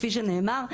כפי שנאמר,